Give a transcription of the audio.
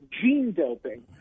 gene-doping